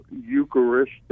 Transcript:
Eucharistic